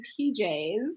PJs